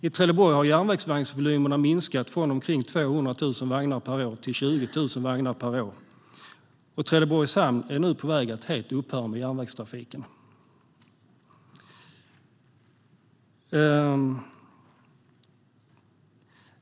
I Trelleborg har järnvägsvagnsvolymerna minskat från omkring 200 000 vagnar per år till 20 000 vagnar per år. Trelleborgs hamn är nu på väg att helt upphöra med järnvägstrafiken.